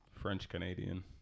French-Canadian